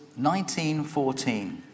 1914